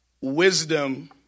wisdom